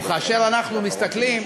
וכאשר אנחנו מסתכלים